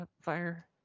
fire